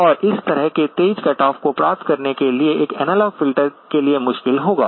और इस तरह के तेज कट ऑफ को प्राप्त करने के लिए एक एनालॉग फ़िल्टर के लिए मुश्किल होगा